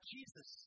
Jesus